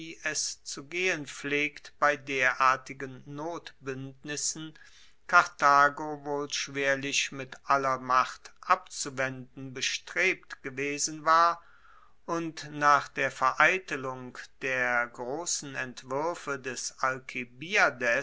zu gehen pflegt bei derartigen notbuendnissen karthago wohl schwerlich mit aller macht abzuwenden bestrebt gewesen war und nach der vereitelung der grossen entwuerfe des